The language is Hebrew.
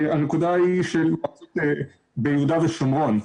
מועצות ביהודה ושומרון,